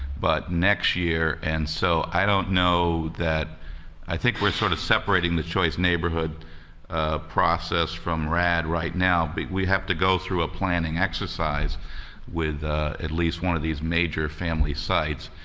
but next year. and so i don't know that i think we're sort of separating the choice neighborhood process from rad right now, but we have to go through a planning exercise with at least one of these major family sites.